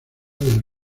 del